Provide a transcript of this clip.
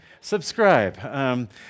subscribe